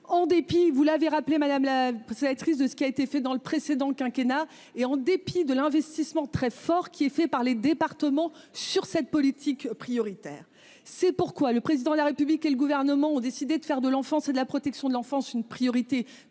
en dépit, vous l'avez rappelé, madame la sénatrice de ce qui a été fait dans le précédent quinquennat, et en dépit de l'investissement très fort qui est fait par les départements sur cette politique prioritaire. C'est pourquoi le président de la République et le gouvernement ont décidé de faire de l'enfance et de la protection de l'enfance une priorité du